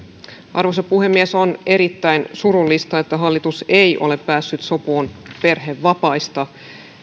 arvoisa puhemies on erittäin surullista että hallitus ei ole päässyt sopuun perhevapaista